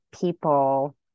people